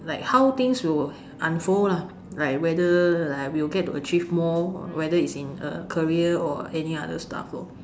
it how things will unfold lah like whether like we will get to achieve more whether is in a career or any other stuff lor